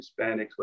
Hispanics